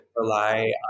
rely